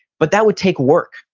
but that would take work,